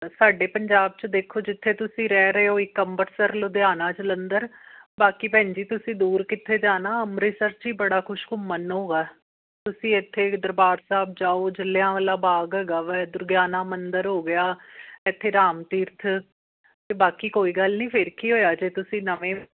ਸਾਡੇ ਪੰਜਾਬ 'ਚ ਦੇਖੋ ਜਿੱਥੇ ਤੁਸੀਂ ਰਹਿ ਰਹੇ ਹੋ ਇੱਕ ਅੰਮ੍ਰਿਤਸਰ ਲੁਧਿਆਣਾ ਜਲੰਧਰ ਬਾਕੀ ਭੈਣ ਜੀ ਤੁਸੀਂ ਦੂਰ ਕਿੱਥੇ ਜਾਣਾ ਅੰਮ੍ਰਿਤਸਰ 'ਚ ਹੀ ਬੜਾ ਕੁਛ ਘੁੰਮਣ ਨੂੰ ਹੈਗਾ ਤੁਸੀਂ ਇੱਥੇ ਦਰਬਾਰ ਸਾਹਿਬ ਜਾਓ ਜਲ੍ਹਿਆਂਵਾਲਾ ਬਾਗ ਹੈਗਾ ਵਾ ਇੱਧਰ ਦੁਰਗਿਆਣਾ ਮੰਦਰ ਹੋ ਗਿਆ ਇੱਥੇ ਰਾਮ ਤੀਰਥ ਅਤੇ ਬਾਕੀ ਕੋਈ ਗੱਲ ਨਹੀਂ ਫਿਰ ਕੀ ਹੋਇਆ ਜੇ ਤੁਸੀਂ ਨਵੇਂ